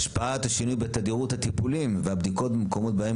השפעת השינוי בתדירות הטיפולים והבדיקות במקומות בהם